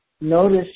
notice